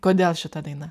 kodėl šita daina